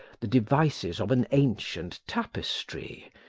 the devices of an ancient tapestry,